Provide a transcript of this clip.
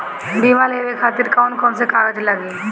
बीमा लेवे खातिर कौन कौन से कागज लगी?